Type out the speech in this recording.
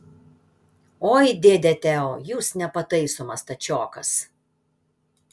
oi dėde teo jūs nepataisomas stačiokas